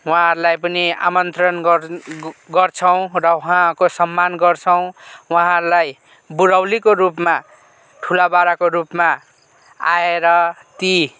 उहाँहरूलाई पनि आमन्त्रण गर्ने गर्छौँ र उहाँहरूको सम्मान गर्छौँ वहाँहरूलाई बुढौलीको रुपमा ठुला बडाको रुपमा आएर ती